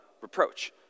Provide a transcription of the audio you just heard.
reproach